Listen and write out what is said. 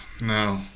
No